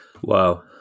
Wow